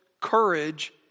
courage